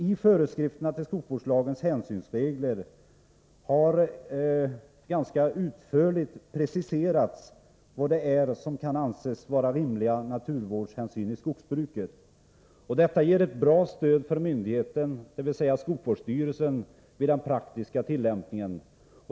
I föreskrifterna till skogsvårdslagens hänsynsregler har ganska utförligt preciserats vad det är som kan anses vara rimliga naturvårdshänsyn i skogsbruket. Detta ger ett bra stöd för myndigheten, dvs. skogsvårdsstyrelsen, vid den praktiska tillämpningen.